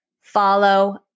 follow